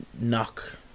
knock